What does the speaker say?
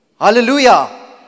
Hallelujah